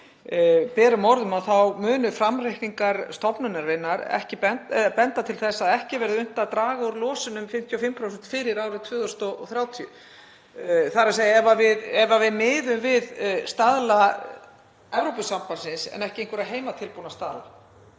berum orðum, að þá bendi framreikningar stofnunarinnar ekki til þess að unnt verði að draga úr losun um 55% fyrir árið 2030, þ.e. ef við miðum við staðla Evrópusambandsins en ekki einhverja heimatilbúna staðla.